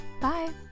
Bye